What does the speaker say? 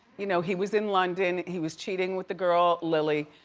you know he was in london, he was cheating with the girl, lily.